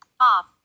Off